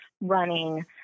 running